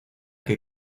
que